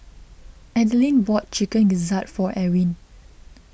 Adline bought Chicken Gizzard for Ewin